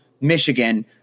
Michigan